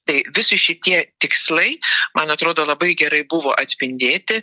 tai visi šitie tikslai man atrodo labai gerai buvo atspindėti